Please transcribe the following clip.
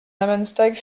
namenstag